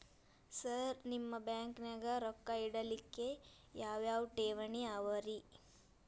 Sir ನಿಮ್ಮ ಬ್ಯಾಂಕನಾಗ ರೊಕ್ಕ ಇಡಲಿಕ್ಕೆ ಯಾವ್ ಯಾವ್ ಠೇವಣಿ ಅವ ರಿ?